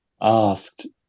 asked